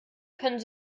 können